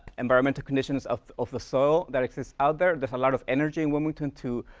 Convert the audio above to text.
environmental conditions of of the soil that exist out there. there's a lot of energy in wilmington to